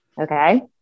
Okay